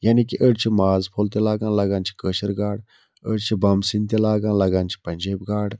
یعنی کہِ أڑۍ چھِ ماز پھوٚل تہِ لاگان لگان چھِ کٲشِر گاڑ أڑۍ چھِ بَم سِنۍ تہِ لاگان لگان چھِ پَنجٲبۍ گاڑ